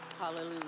Hallelujah